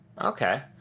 Okay